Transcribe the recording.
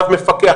רב מפקח,